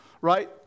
right